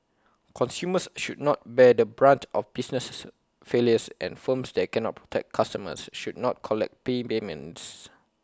consumers should not bear the brunt of businesses failures and firms that cannot protect customers should not collect prepayments